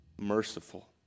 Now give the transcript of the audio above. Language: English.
merciful